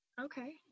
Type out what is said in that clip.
Okay